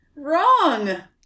wrong